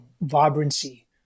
vibrancy